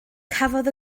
cafodd